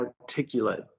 articulate